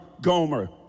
Gomer